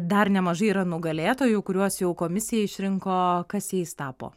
dar nemažai yra nugalėtojų kuriuos jau komisija išrinko kas jais tapo